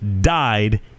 died